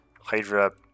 Hydra